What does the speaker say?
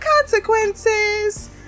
consequences